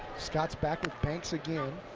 scott's backward pants again.